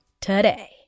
today